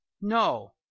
no